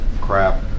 crap